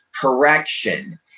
correction